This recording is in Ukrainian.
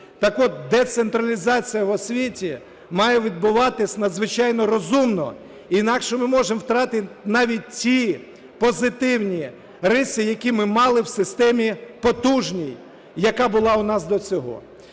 Так-от, децентралізація в освіті має відбуватись надзвичайно розумно, інакше ми можемо втратити навіть ті позитивні риси, які ми мали в системі потужній, яка була у нас до цього.